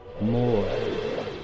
more